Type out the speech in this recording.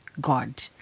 God